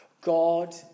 God